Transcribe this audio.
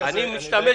אני משתמש